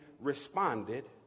responded